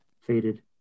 faded